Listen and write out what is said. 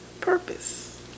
purpose